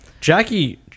Jackie